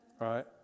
Right